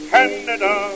Canada